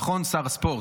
נכון, שר הספורט?